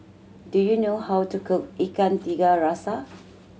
do you know how to cook Ikan Tiga Rasa